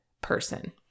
person